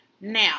Now